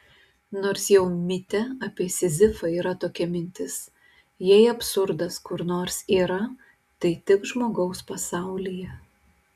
nors jau mite apie sizifą yra tokia mintis jei absurdas kur nors yra tai tik žmogaus pasaulyje